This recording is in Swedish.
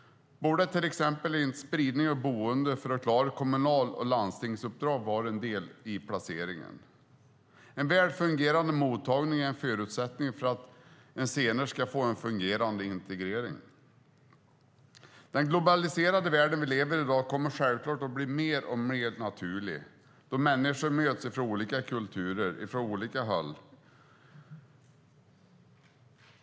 Borde inte till exempel spridning av boende för att klara kommunernas och landstingens uppdrag vara en del i placeringen? En väl fungerande mottagning är en försättning för att det senare ska bli en fungerande integrering. Den globaliserade världen som vi i dag lever i kommer självklart att bli mer och mer naturlig när människor från olika håll och kulturer möts.